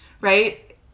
right